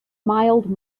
mild